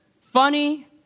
funny